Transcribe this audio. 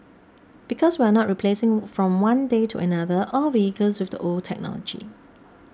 because we are not replacing from one day to another all vehicles with the old technology